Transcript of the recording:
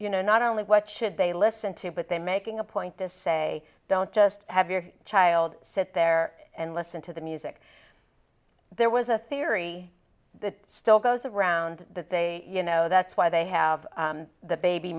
you know not only what should they listen to but they're making a point to say don't just have your child sit there and listen to the music there was a theory that still goes around that they you know that's why they have the baby